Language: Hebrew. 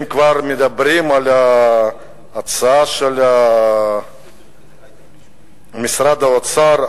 אם כבר מדברים על ההצעה של משרד האוצר,